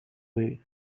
way